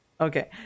Okay